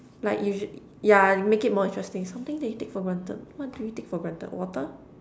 like usual~ yeah make it more interesting something that you take for granted what do we take for granted water